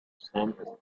some